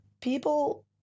People